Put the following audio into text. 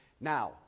now